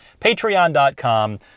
patreon.com